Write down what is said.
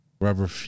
Rubber